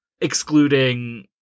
excluding